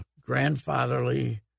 grandfatherly